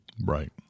Right